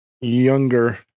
younger